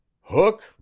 Hook